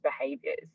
behaviors